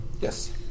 Yes